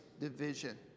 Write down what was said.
division